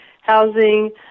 housing